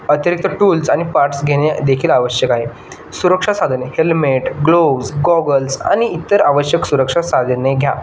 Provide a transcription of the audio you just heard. अतिरिक्त टूल्स आणि पार्ट्स घेणे देखील आवश्यक आहे सुरक्षा साधने हेल्मेट ग्लोव्स गॉगल्स आणि इतर आवश्यक सुरक्षा साधने घ्या